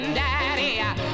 daddy